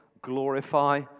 glorify